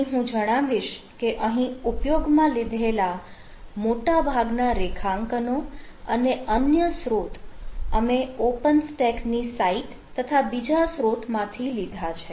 અહીં હું જણાવીશ કે અહીં ઉપયોગમાં લીધેલા મોટાભાગના રેખાંકનો અને અન્ય સ્રોત અમે ઓપન સ્ટેકની સાઇટ તથા બીજા સ્રોતમાંથી લીધા છે